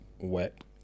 wet